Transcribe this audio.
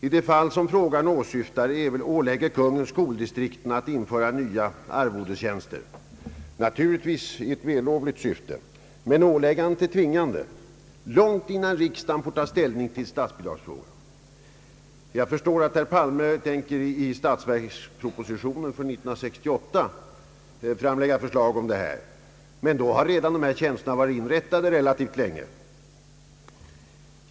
I det fall som frågan åsyftar ålägger Kungl. Maj:t skoldistrikten att införa nya arvodestjänster, naturligtvis i ett vällovligt syfte, men åläggandet är tvingande — långt innan riksdagen får ta ställning till statsbidragsfrågan. Jag förstår att herr Palme tänker framlägga förslag om det här i statsverkspropositionen för 1968/69, men då har dessa tjänster redan varit inrättade relativt länge.